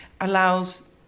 allows